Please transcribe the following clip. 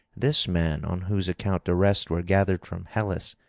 this man on whose account the rest were gathered from hellas,